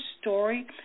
story